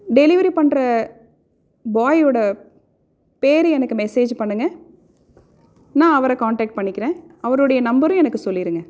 delivery பண்ணுற பாயோட பேரு எனக்கு மெஸேஜ் பண்ணுங்க நான் அவரை கான்டாக்ட் பண்ணிக்கிறேன் அவருடைய நம்பரும் எனக்கு சொல்லிடுங்க